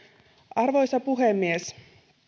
arvoisa puhemies